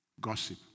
Gossip